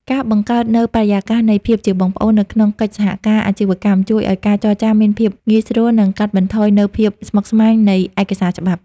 ការបង្កើតនូវបរិយាកាសនៃ "ភាពជាបងប្អូន" នៅក្នុងកិច្ចសហការអាជីវកម្ម ជួយឱ្យការចរចាមានភាពងាយស្រួល និងកាត់បន្ថយនូវភាពស្មុគស្មាញនៃឯកសារច្បាប់។